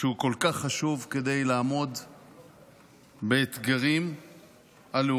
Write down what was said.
שהוא כל כך חשוב כדי לעמוד באתגרים הלאומיים,